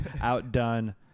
outdone